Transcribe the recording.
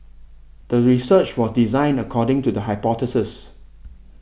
the research was designed according to the hypothesis